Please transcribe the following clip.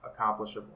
accomplishable